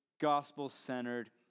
gospel-centered